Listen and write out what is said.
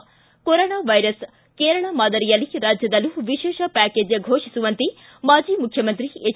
ಿ corona virus Kerala ಮಾದರಿಯಲ್ಲಿ ರಾಜ್ಯದಲ್ಲೂ ವಿಶೇಷ ಪ್ಯಾಕೆಜ್ ಫೋಷಿಸುವಂತೆ ಮಾಜಿ ಮುಖ್ಯಮಂತ್ರಿ ಎಚ್